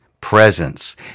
presence